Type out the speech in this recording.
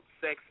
sex